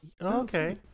Okay